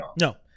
No